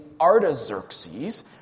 Artaxerxes